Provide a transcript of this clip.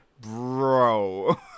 Bro